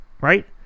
right